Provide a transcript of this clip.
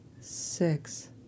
six